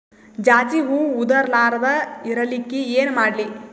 ಜಾಜಿ ಹೂವ ಉದರ್ ಲಾರದ ಇರಲಿಕ್ಕಿ ಏನ ಮಾಡ್ಲಿ?